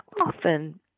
often